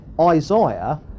Isaiah